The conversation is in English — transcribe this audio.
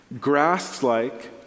grass-like